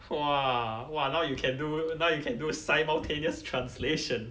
!wah! !wah! now you can do now you can do simultaneous translation